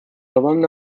alumni